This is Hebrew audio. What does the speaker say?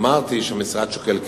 אמרתי שהמשרד שוקל.